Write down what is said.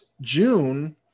June